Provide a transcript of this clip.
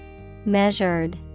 Measured